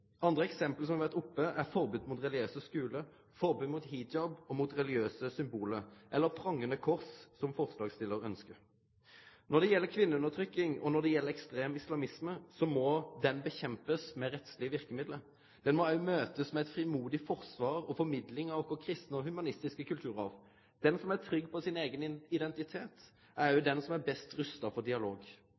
Andre eksempel som har vore oppe, er forbod mot religiøse skolar, forbod mot hijab og mot religiøse symbol, eller mot prangande krossar, som forslagstillarane ønskjer. Når det gjeld kvinneundertrykking og ekstrem islamisme, må den kjempast mot med rettslege verkemiddel. Det må bli møtt med eit frimodig forsvar og formidling av vår kristne og humanistiske kulturarv. Den som er trygg på eigen identitet, er også den som er best rusta for dialog.